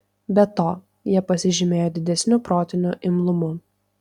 be to jie pasižymėjo didesniu protiniu imlumu